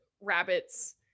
rabbits